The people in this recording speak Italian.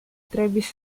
travis